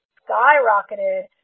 skyrocketed